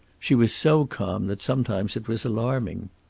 she was so calm that sometimes it was alarming.